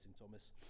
thomas